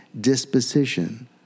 Disposition